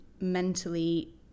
mentally